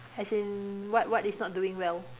as in what what is not doing well